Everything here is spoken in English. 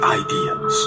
ideas